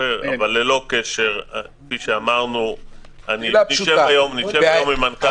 ללא קשר, כפי שאמרנו, אני אשב היום עם מנכ"ל